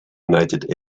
united